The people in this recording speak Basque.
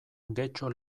getxo